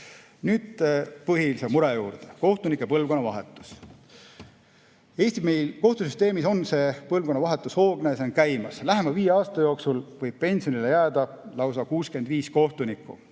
Nüüd põhilise mure juurde: kohtunike põlvkonnavahetus. Eesti kohtusüsteemis on põlvkonnavahetus hoogne ja see on käimas. Lähema viie aasta jooksul võib pensionile jääda lausa 65 kohtunikku.